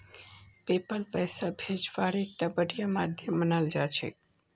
PayPal पैसा भेजवार एकता बढ़िया माध्यम मानाल जा छेक